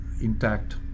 intact